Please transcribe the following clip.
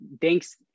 Thanks